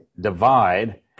divide